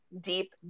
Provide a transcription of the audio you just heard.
deep